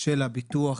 של הביטוח,